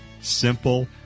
simple